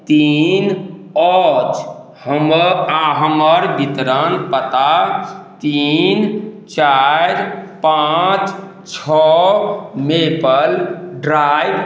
तीन अछि हमर आओर हमर वितरण पता तीन चारि पाँच छओ मे पल ड्राइव